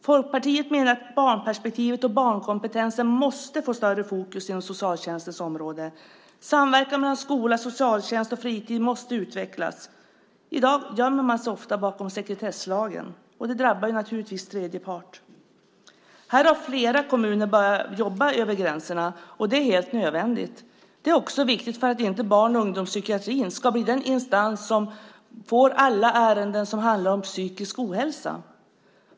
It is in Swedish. Folkpartiet menar att barnperspektivet och barnkompetensen måste få större fokus inom socialtjänstens område. Samverkan mellan skola, socialtjänst och fritid måste utvecklas. I dag gömmer man sig ofta bakom sekretesslagen, och det drabbar naturligtvis tredje part. Här har flera kommuner börjat jobba över gränserna, och det är helt nödvändigt. Det är också viktigt för att inte barn och ungdomspsykiatrin ska bli den instans som får alla ärenden som handlar om psykisk ohälsa.